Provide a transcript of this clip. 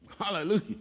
Hallelujah